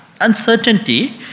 uncertainty